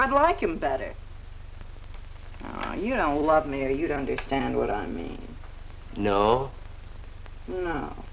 i'd like him better you don't love me or you don't understand what i mean no no